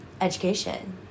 education